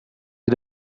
ihr